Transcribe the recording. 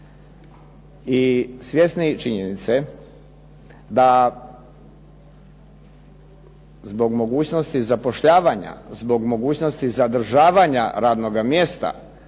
I svjesni činjenice da zbog mogućnosti zapošljavanja, zbog mogućnosti zadržavanja radnoga mjesta,